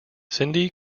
cindy